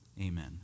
Amen